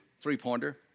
three-pointer